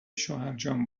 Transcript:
شوهرجان